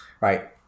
right